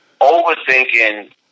overthinking